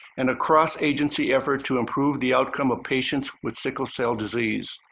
and across agency effort to improve the outcome of patients with sickle cell disease.